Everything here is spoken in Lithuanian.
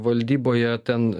valdyboje ten